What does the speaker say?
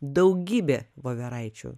daugybė voveraičių